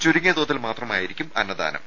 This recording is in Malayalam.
ചുരുങ്ങിയ തോതിൽ മാത്രമായിരിക്കും അന്നദാനം